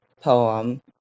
poem